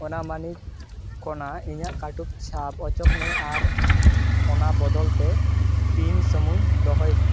ᱳᱞᱟ ᱢᱟᱱᱤ ᱠᱷᱚᱱᱟᱜ ᱤᱧᱟᱹᱜ ᱠᱟᱹᱴᱩᱵ ᱪᱷᱟᱯ ᱚᱪᱚᱜ ᱢᱮ ᱟᱨ ᱚᱱᱟ ᱵᱚᱫᱚᱞᱛᱮ ᱯᱤᱱ ᱥᱩᱢᱩᱝ ᱫᱚᱦᱚᱭ ᱢᱮ